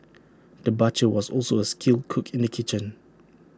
the butcher was also A skilled cook in the kitchen